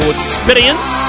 Experience